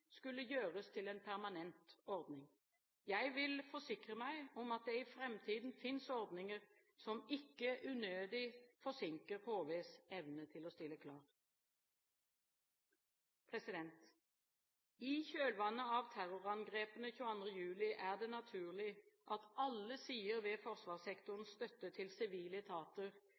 skulle gjøres til en permanent ordning. Jeg vil forsikre meg om at det i framtiden finnes ordninger som ikke unødig forsinker HVs evne til å stille klar. I kjølvannet av terrorangrepene 22. juli er det naturlig at alle sider ved forsvarssektorens støtte til sivile etater